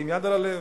עם יד על הלב,